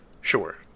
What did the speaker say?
Sure